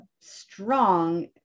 strong